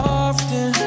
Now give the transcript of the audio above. often